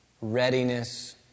Readiness